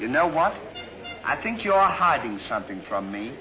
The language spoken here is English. you know what i think you are hiding something from me